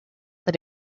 that